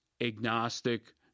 agnostic